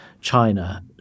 China